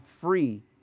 free